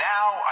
now